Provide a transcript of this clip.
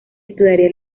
estudiaría